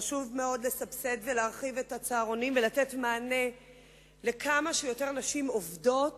חשוב מאוד לסבסד ולהרחיב את הצהרונים ולתת מענה לכמה שיותר נשים עובדות